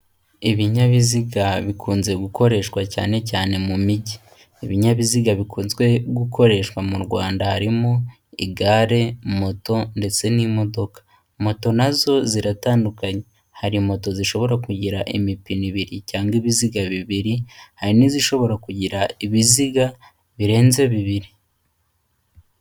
Ibinyabiziga bikunze gukoreshwa cyane cyane mu mijyi. Ibinyabiziga bikunze gukoreshwa mu Rwanda harimo igare, moto ndetse n'imodoka. Moto nazo ziratandukanye, hari moto zishobora kugira imipine ibiri cyangwa ibiziga bibiri, hari n'izishobora kugira ibiziga birenze bibiri.